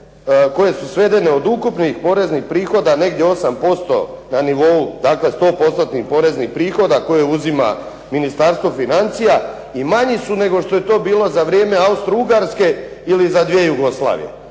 koje su svedene od ukupnih poreznih prihoda negdje 8% na nivou, dakle sto postotnih poreznih prihoda koje uzima Ministarstvo financija i manji su nego što je to bilo za vrijeme Austro-ugarske ili za dvije Jugoslavije.